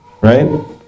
right